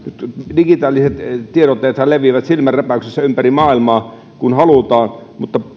digitaaliset tiedotteethan leviävät nyt silmänräpäyksessä ympäri maailmaa kun halutaan mutta